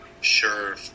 sure